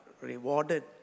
rewarded